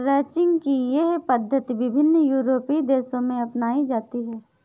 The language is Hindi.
रैंचिंग की यह पद्धति विभिन्न यूरोपीय देशों में अपनाई जाती है